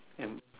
and